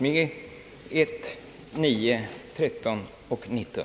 De är reservationerna 1, 9, 13 och 19.